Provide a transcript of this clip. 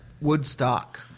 Woodstock